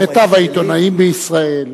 מיטב העיתונאים בישראל.